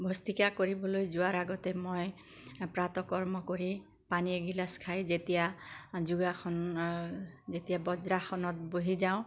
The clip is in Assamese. ভস্ত্ৰিকা কৰিবলৈ যোৱাৰ আগতে মই প্ৰাতঃকৰ্ম কৰি পানী এগিলাচ খাই যেতিয়া যোগাসন যেতিয়া বজ্ৰাসনত বহি যাওঁ